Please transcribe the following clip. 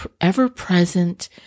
ever-present